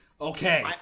Okay